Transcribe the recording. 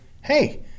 hey